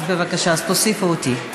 אז בבקשה, תוסיפו אותי.